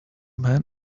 man